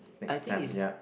next time ya